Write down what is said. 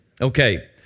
Okay